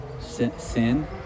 sin